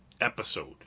episode